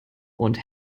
und